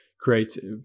creative